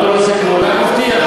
אתה לא עושה כלום, אבל מבטיח.